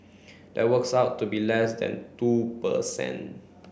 that works out to less than two per cent